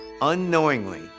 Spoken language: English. unknowingly